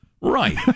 Right